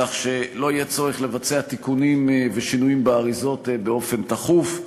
כך שלא יהיה צורך לבצע תיקונים ושינויים באריזות באופן תכוף.